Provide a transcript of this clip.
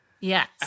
Yes